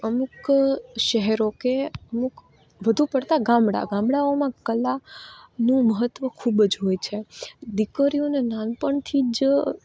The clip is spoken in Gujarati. અમુક શહેરો કે અમુક વધુ પડતા ગામડા ગામડાઓમાં કલા નું મહત્ત્વ ખૂબ જ હોય છે દીકરીઓને નાનપણથી જ